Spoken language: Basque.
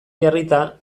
jarrita